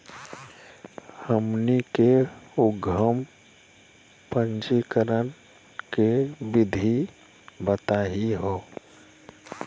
हमनी के उद्यम पंजीकरण के विधि बताही हो?